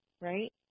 right